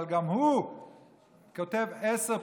אבל גם הוא כותב עשר פעמים,